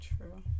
True